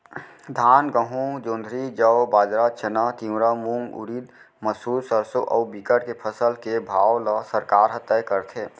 धान, गहूँ, जोंधरी, जौ, बाजरा, चना, तिंवरा, मूंग, उरिद, मसूर, सरसो अउ बिकट के फसल के भाव ल सरकार ह तय करथे